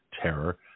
terror